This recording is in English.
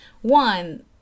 one